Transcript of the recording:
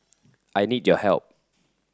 I need your help